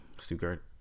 Stuttgart